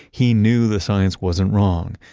he knew the science wasn't wrong.